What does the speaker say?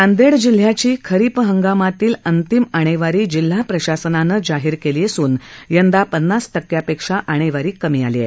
नांदेड जिल्ह्याची खरीप हंगामातील अंतिम आणेवारी जिल्हा प्रशासनानं जाहीर केली असून यंदा पन्नास टक्क्यापेक्षा आणेवारी कमी आली आहे